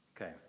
Okay